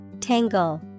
Tangle